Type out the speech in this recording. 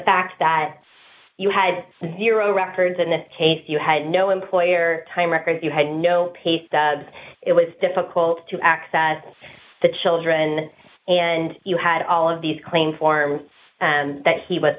fact that you had zero records in this case you had no employer time records you had no pay stubs it was difficult to access the children and you had all of these claim forms that he was